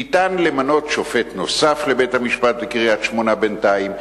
ניתן למנות שופט נוסף לבית-המשפט בקריית-שמונה בינתיים,